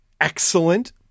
excellent